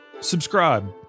subscribe